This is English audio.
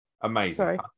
Amazing